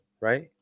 right